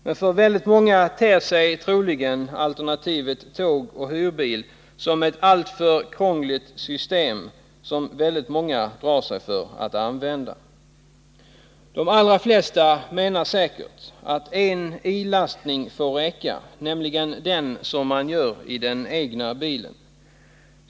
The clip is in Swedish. Men för väldigt många ter sig troligen alternativet tåg och hyrbil som ett krångligt system, som många drar sig för att använda. De allra flesta menar säkert att en ilastning får räcka, nämligen den som man gör i den egna bilen.